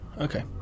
Okay